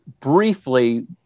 briefly